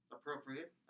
Appropriate